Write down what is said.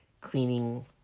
cleaning